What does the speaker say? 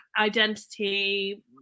identity